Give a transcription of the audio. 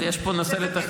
אז יש פה נושא לתחקיר,